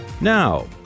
Now